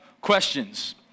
questions